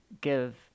give